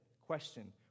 Question